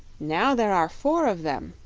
now there are four of them,